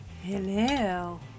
Hello